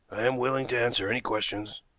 i am willing to answer any questions.